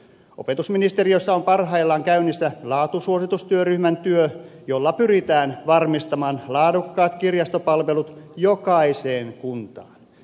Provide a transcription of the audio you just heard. opetusministeriössä on parhaillaan käynnissä laatusuositustyöryhmän työ jolla pyritään varmistamaan laadukkaat kirjastopalvelut jokaiseen kuntaan